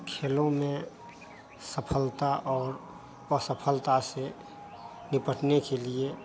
खेलों में सफलता और असफलता से निपटने के लिए